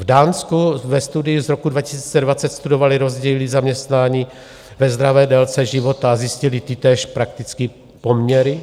V Dánsku ve studiu z roku 2020 studovali rozdíly zaměstnání ve zdravé délce života, zjistili tytéž prakticky poměry.